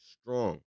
strong